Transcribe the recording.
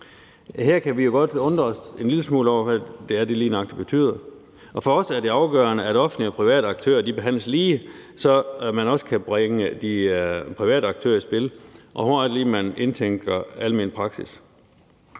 Her kan vi jo godt undre os en lille smule over, hvad det lige nøjagtig betyder. For os er det afgørende, at offentlige og private aktører behandles lige, så man også kan bringe de private aktører i spil. Og hvor er det lige, man indtænker almen praksis?